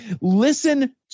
listen